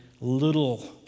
Little